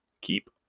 keep